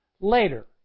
later